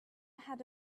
had